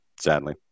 sadly